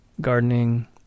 gardening